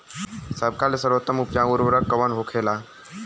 सबका ले सर्वोत्तम उपजाऊ उर्वरक कवन होखेला?